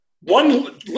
one